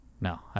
No